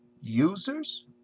users